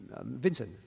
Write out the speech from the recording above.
vincent